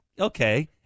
okay